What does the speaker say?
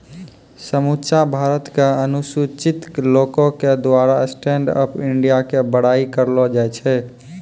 समुच्चा भारत के अनुसूचित लोको के द्वारा स्टैंड अप इंडिया के बड़ाई करलो जाय छै